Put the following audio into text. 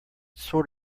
sort